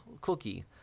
cookie